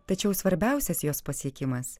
tačiau svarbiausias jos pasiekimas